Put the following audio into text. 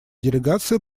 делегация